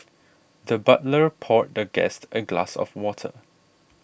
the butler poured the guest a glass of water